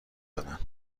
دادن